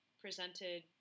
presented